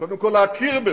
קודם כול להכיר בזה.